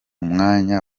mwanya